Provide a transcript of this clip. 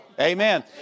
Amen